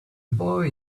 boy